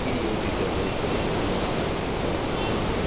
के यो डिटरजेन्ट्स कुनै अन्य ब्रान्डमा उपलब्ध छन्